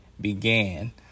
began